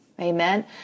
amen